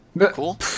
Cool